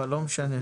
הכספים.